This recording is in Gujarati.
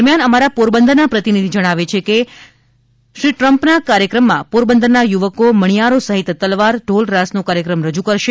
દરમ્યાન અમારા પોરબંદરના પ્રતિનિધિએ જણાવ્યું છે કે ટ્રમ્પના કાર્યક્રમમાં પોરબંદરના યુવકો મણિયારો સહિત તલવાર ઢોલ રાસનો કાર્યક્રમ રજુ કરશે